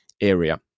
area